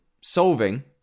solving